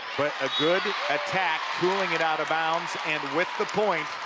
but a good attack dualing it out of bounds. and with the point,